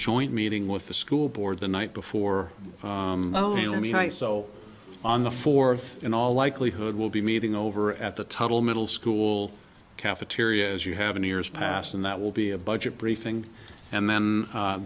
joint meeting with the school board the night before i mean i so on the fourth in all likelihood will be meeting over at the total middle school cafeteria as you have in years past and that will be a budget briefing and then